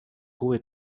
hohe